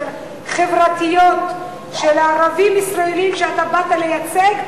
חברתיות של ערבים ישראלים שאתה באת לייצג,